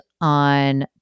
on